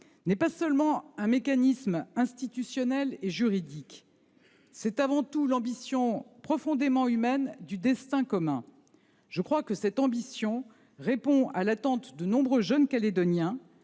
n'est pas seulement un mécanisme institutionnel et juridique. C'est avant tout l'ambition profondément humaine du destin commun. Je crois que cette ambition répond à l'attente de nombreux jeunes Calédoniens.